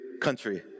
country